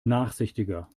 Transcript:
nachsichtiger